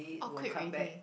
all quit ready